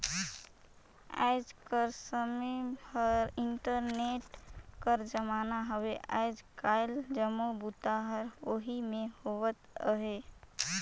आएज कर समें हर इंटरनेट कर जमाना हवे आएज काएल जम्मो बूता हर ओही में होवत अहे